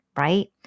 right